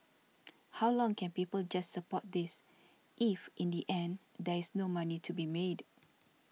how long can people just support this if in the end there is no money to be made